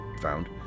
found